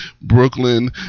Brooklyn